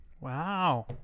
Wow